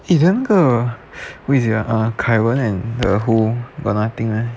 eh then 那个 who is it ah kai wen and the who got nothing meh